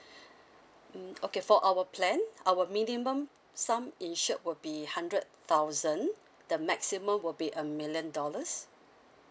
mm okay for our plan our minimum sum insured will be hundred thousand the maximum will be a million dollars